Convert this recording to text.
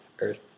Earth